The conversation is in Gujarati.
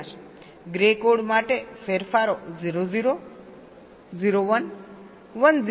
ગ્રે કોડ માટે ફેરફારો 0 0 0 1 1 0 અને 1 1